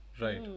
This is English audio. Right